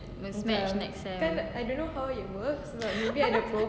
Muzmatch next sem